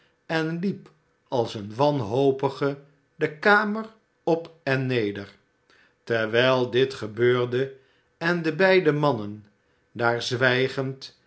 en liep als een wanhopige de kamer op en neer terwijl dit gebeurde en de beide mannen daar zwijgend